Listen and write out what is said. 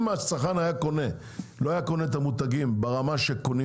אם הצרכן לא היה קונה את המותגים ברמה שקונים